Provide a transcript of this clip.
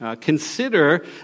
consider